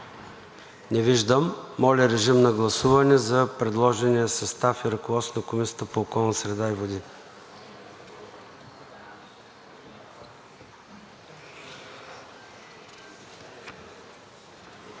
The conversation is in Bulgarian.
Не виждам. Моля, гласувайте за предложения състав и ръководството на Комисията по околната среда и водите.